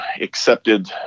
accepted